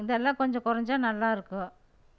இதெல்லாம் கொஞ்சம் கொறைஞ்சா நல்லாயிருக்கும்